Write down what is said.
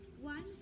One